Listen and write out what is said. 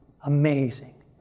Amazing